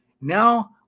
Now